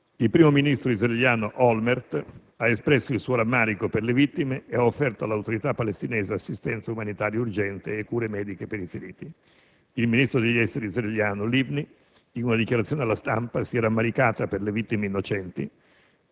Il primo ministro israeliano Olmert ha espresso il suo rammarico per le vittime e ha offerto all'Autorità palestinese assistenza umanitaria urgente e cure mediche per i feriti. Il ministro degli esteri israeliano Tzipi Livni, in una dichiarazione alla stampa, si è rammaricata per le vittime innocenti,